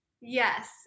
yes